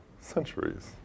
centuries